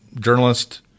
Journalist